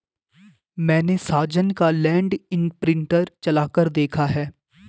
मैने साजन का land imprinter चलाकर देखा है